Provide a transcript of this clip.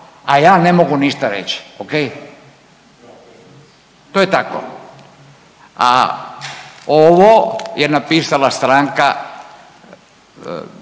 a ja ne mogu ništa reći, okej? To je tako, a ovo je napisala stranka